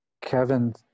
Kevin